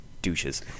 douches